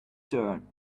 turn